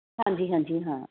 ਹਾਂਜੀ ਹਾਂਜੀ ਹਾਂ